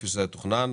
לפי מה שתוכנן,